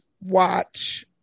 watch